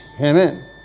Amen